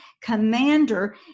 commander